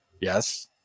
Yes